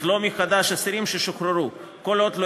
לכלוא מחדש אסירים ששוחררו כל עוד לא